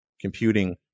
computing